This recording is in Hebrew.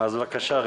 בבקשה.